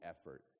effort